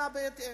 הנה לכם,